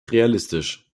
realistisch